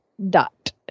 Dot